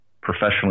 professionally